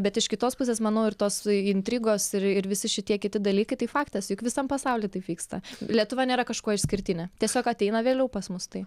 bet iš kitos pusės manau ir tos intrigos ir ir visi šitie kiti dalykai tai faktas juk visam pasauly taip vyksta lietuva nėra kažkuo išskirtinė tiesiog ateina vėliau pas mus tai